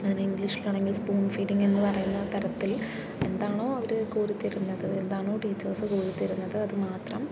അതിന് ഇംഗ്ലീഷിലാണെങ്കിൽ spoon feeding എന്നു പറയുന്ന തരത്തിൽ എന്താണോ അവര് കോരിത്തരുന്നത് എന്താണോ ടീച്ചേർസ് കോരി തരുന്നത് അത് മാത്രം